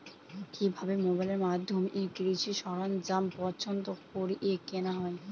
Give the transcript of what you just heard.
কিভাবে মোবাইলের মাধ্যমে কৃষি সরঞ্জাম পছন্দ করে কেনা হয়?